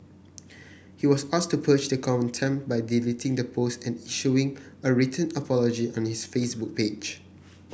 he was asked to purge the contempt by deleting the post and issuing a written apology on his Facebook page